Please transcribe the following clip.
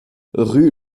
rue